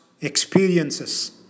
experiences